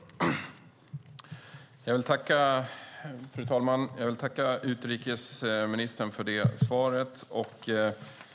Då Jonas Sjöstedt, som framställt interpellationen, anmält att han var förhindrad att närvara vid sammanträdet medgav förste vice talmannen att Jens Holm fick delta i överläggningen.